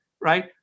Right